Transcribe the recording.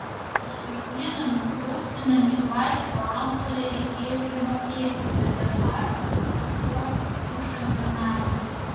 už kiekvieną nuskausminančių vaistų ampulę reikėjo primokėti todėl aš pasisakau už eutanaziją